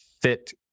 fit